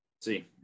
See